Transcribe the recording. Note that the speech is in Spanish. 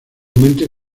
mente